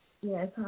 Yes